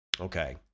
Okay